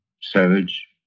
savage